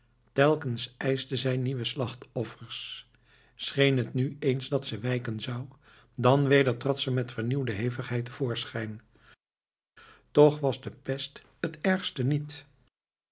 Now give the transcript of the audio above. telkens eischte zij nieuwe slachtoffers scheen het nu eens dat ze wijken zou dan weder trad ze met vernieuwde hevigheid te voorschijn toch was de pest het ergste niet